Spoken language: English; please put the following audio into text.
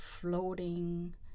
floating